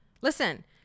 Listen